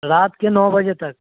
رات کے نو بجے تک